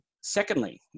Secondly